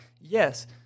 Yes